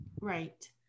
right